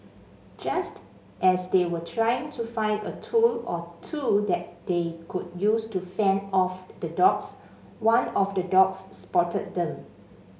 just as they were trying to find a tool or two that they could use to fend off the dogs one of the dogs spotted them